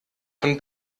von